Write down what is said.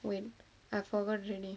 err I forgot already